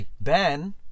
Ben